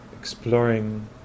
exploring